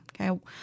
okay